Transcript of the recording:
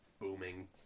booming